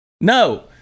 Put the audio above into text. No